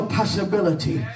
possibility